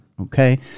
Okay